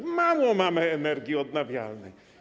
Mamy mało energii odnawialnej.